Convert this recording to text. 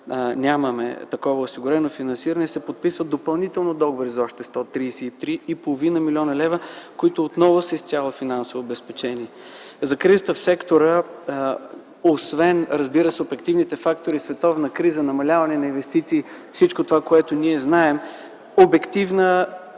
нямаме такова осигурено финансиране, се подписват допълнително договори за още 133,5 млн. лв., които отново са изцяло финансово обезпечени. За кризата в сектора освен, разбира се, обективните фактори – световна криза, намаляване на инвестиции – всичко това, което ние знаем, обективна